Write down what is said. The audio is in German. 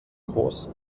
groß